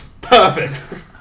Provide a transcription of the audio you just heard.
Perfect